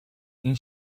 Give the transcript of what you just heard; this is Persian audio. این